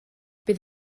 bydd